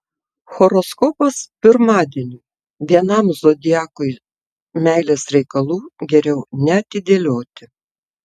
horoskopas pirmadieniui vienam zodiakui meilės reikalų geriau neatidėlioti